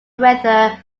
weather